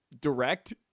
Direct